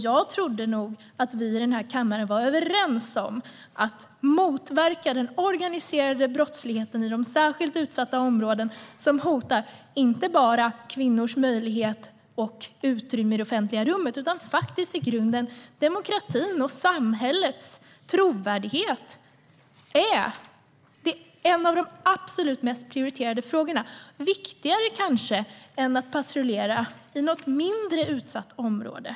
Jag trodde nog att vi här i kammaren var överens om att motverka den organiserade brottsligheten i de särskilt utsatta områdena, som hotar inte bara kvinnors möjlighet och utrymme i det offentliga rummet utan faktiskt i grunden demokratin och samhällets trovärdighet. Det är en av de absolut mest prioriterade frågorna. Det är kanske viktigare än att patrullera i något mindre utsatt område.